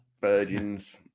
virgins